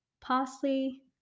parsley